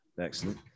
Excellent